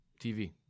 TV